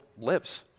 lives